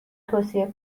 توصیه